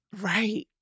Right